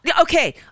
Okay